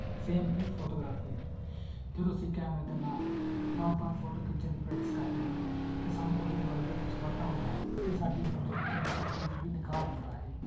same ਹੀ photography ਹੈ ਜਦੋਂ ਅਸੀਂ ਕੈਮਰੇ ਦੇ ਨਾਲ ਵਾਰ ਵਾਰ ਫੋਟੋ ਖਿੱਚਣ ਦੀ ਪ੍ਰੈਕਟਿਸ ਕਰਦੇ ਹਾਂ ਤਾਂ ਸਾਨੂੰ ਉਹਦੀ ਨੌਲੇਜ ਦੇ ਵਿੱਚ ਵਾਧਾ ਹੁੰਦਾ ਹੈ ਅਤੇ ਸਾਡੀ ਫੋਟੋ ਖਿੱਚਣ ਦੀ ਸ਼ਕਤੀ ਵਿੱਚ ਵੀ ਨਿਖਾਰ ਹੁੰਦਾ ਹੈ